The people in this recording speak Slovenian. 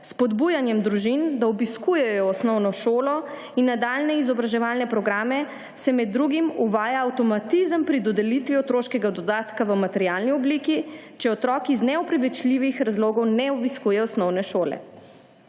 s spodbujanjem družin, da obiskujejo osnovno šolo in nadaljnje izobraževalne programe, se med drugim uvaja avtomatizem pri dodelitvi otroškega dodatka v materialni obliki, če otrok iz neopravičljivih razlogov ne obiskuje osnovne šole.